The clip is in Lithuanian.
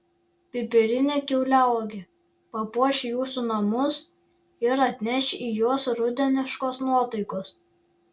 pipirinė kiauliauogė papuoš jūsų namus ir atneš į juos rudeniškos nuotaikos